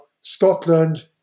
Scotland